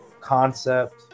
concept